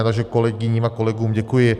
Takže kolegyním a kolegům děkuji.